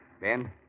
Ben